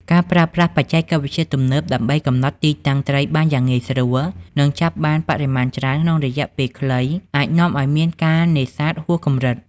ការប្រើប្រាស់បច្ចេកវិទ្យាទំនើបដើម្បីកំណត់ទីតាំងត្រីបានយ៉ាងងាយស្រួល និងចាប់បានបរិមាណច្រើនក្នុងរយៈពេលខ្លី អាចនាំឲ្យមានការនេសាទហួសកម្រិត។